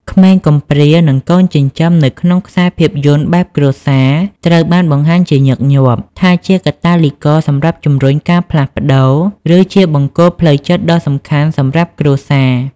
ក្មេងកំព្រា និងកូនចិញ្ចឹមនៅក្នុងខ្សែភាពយន្តបែបគ្រួសារ ត្រូវបានបង្ហាញជាញឹកញាប់ថាជាកាតាលីករសម្រាប់ជំរុញការផ្លាស់ប្ដូរ ឬជាបង្គោលផ្លូវចិត្តដ៏សំខាន់សម្រាប់គ្រួសារ។